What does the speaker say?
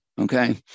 okay